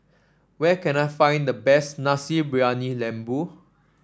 where can I find the best Nasi Briyani Lembu